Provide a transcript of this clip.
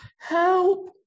help